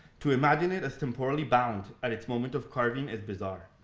to imagine it as temporally bound at its moment of carving is bizarre.